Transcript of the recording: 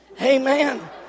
Amen